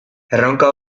erronka